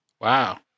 Wow